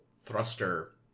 thruster